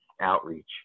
outreach